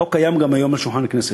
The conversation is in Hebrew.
החוק קיים גם היום על שולחן הכנסת.